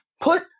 Put